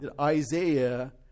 Isaiah